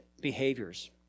behaviors